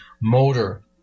motor